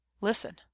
listen